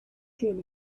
dream